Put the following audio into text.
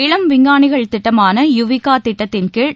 இளம் விஞ்ஞானிகள் திட்டமான யுவிகா திட்டத்தின்கீழ்